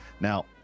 Now